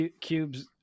cubes